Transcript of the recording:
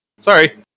Sorry